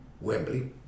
Wembley